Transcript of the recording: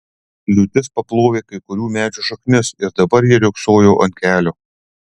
liūtis paplovė kai kurių medžių šaknis ir dabar jie riogsojo ant kelio